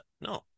No